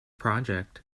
project